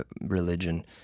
religion